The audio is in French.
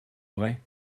vraie